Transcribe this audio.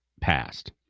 passed